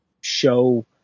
show